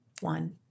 one